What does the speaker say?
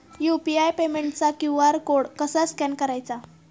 UPI पेमेंटचा QR code कसा स्कॅन करायचा?